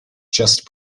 just